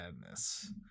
madness